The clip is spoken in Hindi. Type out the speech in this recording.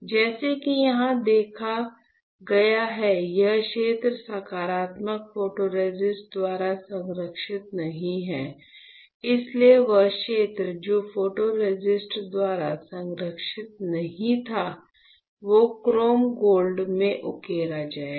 जैसा कि यहां देखा गया है यह क्षेत्र सकारात्मक फोटोरेसिस्टर द्वारा संरक्षित नहीं है इसलिए वह क्षेत्र जो फोटोरेसिस्ट द्वारा संरक्षित नहीं था वो क्रोम गोल्ड में उकेरा जाएगा